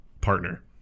partner